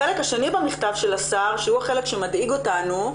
החלק השני במכתב של השר, שהוא החלק שמדאיג אותנו,